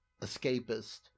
escapist